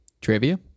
Trivia